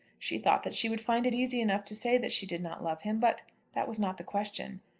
she thought that she would find it easy enough to say that she did not love him but that was not the question.